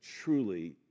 truly